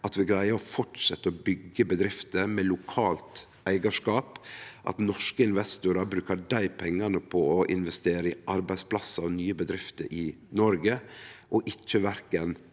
at vi greier å fortsetje med å byggje bedrifter med lokalt eigarskap, og at norske investorar brukar pengane på å investere i arbeidsplassar og nye bedrifter i Noreg og verken